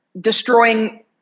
destroying